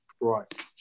Right